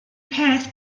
peth